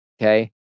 Okay